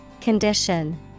Condition